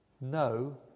no